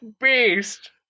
Beast